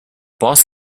boss